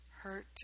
hurt